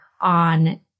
on